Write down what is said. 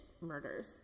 murders